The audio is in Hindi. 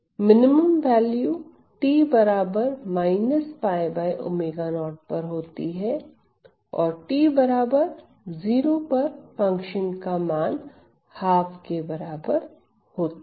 मिनिमम वैल्यू t 𝝅𝛚0 पर होती है और t 0 पर फंक्शन का मान ½ के बराबर होता है